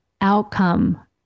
outcome